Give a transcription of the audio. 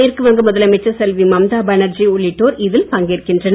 மேற்கு வங்க முதலமைச்சர் செல்வி மம்தா பேனர்ஜி உள்ளிட்டோர் இதில் பங்கேற்கின்றனர்